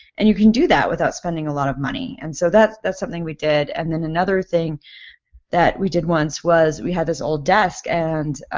and you could do that without spending a lot of money. and so that's that's something that we did. and then another thing that we did once was we had this old desk and